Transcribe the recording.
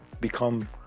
become